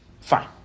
Fine